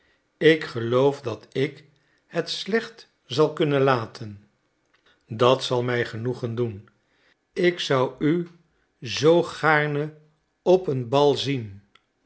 ik geloof dat ik het slecht zal kunnen laten dat zal mij genoegen doen ik zou u zoo gaarne op een bal zien